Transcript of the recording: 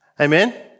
Amen